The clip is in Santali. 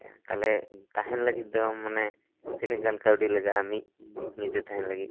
ᱛᱟᱦᱮᱱ ᱞᱟᱹᱜᱤᱫ ᱫᱚ ᱢᱟᱱᱮ ᱛᱤᱱᱟᱜ ᱜᱟᱱ ᱠᱟᱹᱣᱰᱤ ᱞᱟᱜᱟᱜᱼᱟ ᱢᱤᱫ ᱧᱤᱫᱟᱹ ᱛᱟᱦᱮᱱ ᱞᱟᱹᱜᱤᱫ